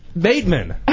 Bateman